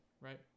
right